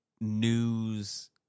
news